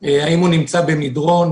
האם היא נמצאת במדרון,